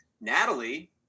Natalie